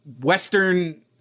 Western